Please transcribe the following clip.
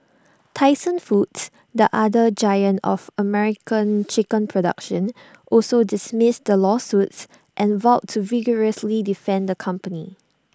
Tyson foods the other giant of American chicken production also dismissed the lawsuits and vowed to vigorously defend the company